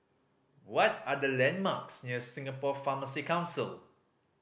what are the landmarks near Singapore Pharmacy Council